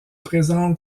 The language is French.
présente